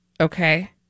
Okay